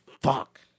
fuck